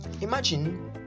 imagine